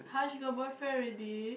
[huh] she got boyfriend already